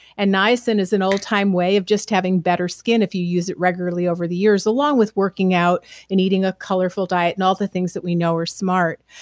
and niacin is an all-time way of just having better skin if you use it regularly over the years along with working out and eating a colorful diet and all the things that we know are smart.